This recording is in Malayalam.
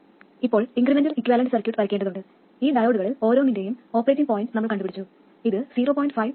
ഇപ്പോൾ ഇൻക്രിമെന്റൽ ഇക്യുവാലൻറ് സർക്യൂട്ട് വരയ്ക്കേണ്ടതുണ്ട് ഈ ഡയോഡുകളിൽ ഓരോന്നിന്റെയും ഓപ്പറേറ്റിംഗ് പോയിന്റ് നമ്മൾ കണ്ടുപിടിച്ചു ഇത് 0